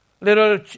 little